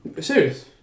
serious